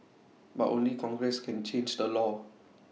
but only congress can change the law